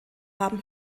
haben